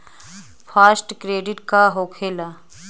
Fast credit का होखेला?